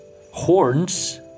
horns